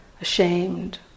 ashamed